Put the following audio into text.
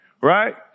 right